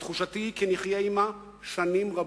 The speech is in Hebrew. ותחושתי היא כי נחיה בה שנים רבות.